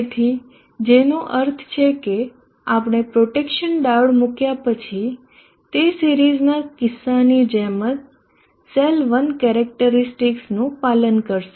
તેથી જેનો અર્થ છે કે આપણે પ્રોટેક્શન ડાયોડ મૂક્યા પછી તે સિરીઝના કિસ્સાની જેમ સેલ 1 કેરેક્ટરીસ્ટિકસનું પાલન કરશે